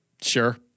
Sure